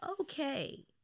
okay